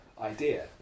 idea